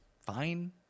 fine